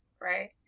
right